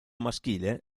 maschile